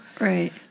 Right